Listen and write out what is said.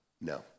No